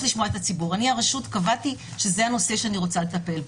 אני הרשות קבעתי שזה הנושא שאני רוצה לטפל בו.